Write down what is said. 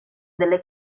delle